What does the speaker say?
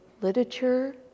literature